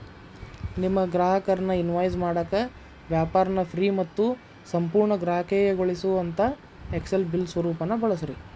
ನಿಮ್ಮ ಗ್ರಾಹಕರ್ನ ಇನ್ವಾಯ್ಸ್ ಮಾಡಾಕ ವ್ಯಾಪಾರ್ನ ಫ್ರೇ ಮತ್ತು ಸಂಪೂರ್ಣ ಗ್ರಾಹಕೇಯಗೊಳಿಸೊಅಂತಾ ಎಕ್ಸೆಲ್ ಬಿಲ್ ಸ್ವರೂಪಾನ ಬಳಸ್ರಿ